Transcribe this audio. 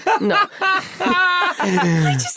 No